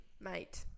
mate